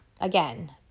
Again